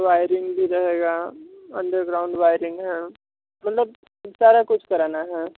wiring भी रहेगा underground wiring है मतलब सारा कुछ कराना है